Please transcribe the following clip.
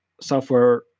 software